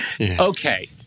Okay